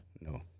No